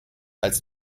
als